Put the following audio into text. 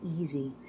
easy